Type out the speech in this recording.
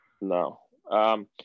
No